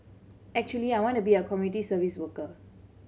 actually I want to be a community service worker